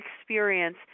experience